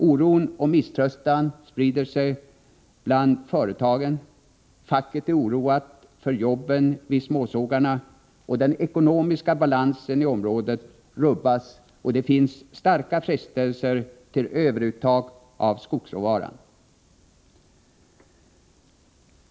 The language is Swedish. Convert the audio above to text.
Oron och misströstan sprider sig bland företagen, facket är oroat för jobben vid småsågarna, den ekonomiska balansen i området rubbas och det finns starka frestelser till överuttag av skogsråvara.